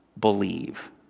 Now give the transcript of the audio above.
believe